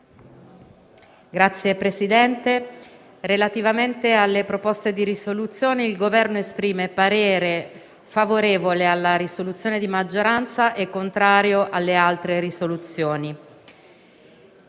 Signor Presidente, relativamente alle proposte di risoluzione, il Governo esprime parere favorevole alla risoluzione di maggioranza e contrario alle altre risoluzioni.